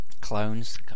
clones